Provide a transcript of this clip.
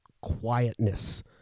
quietness